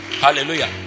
Hallelujah